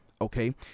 Okay